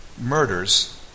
murders